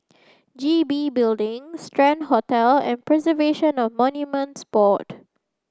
G B Building Strand Hotel and Preservation of Monuments Board